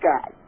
God